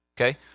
okay